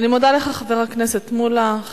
חבר הכנסת מולה, אני מודה לך.